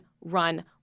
run